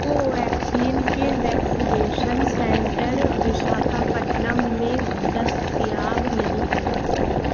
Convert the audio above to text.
کوویکسین کے vaccination centre Visakhapatnam میں دستیاب نہیں ہیں